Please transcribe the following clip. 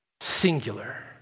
Singular